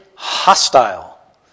hostile